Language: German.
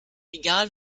egal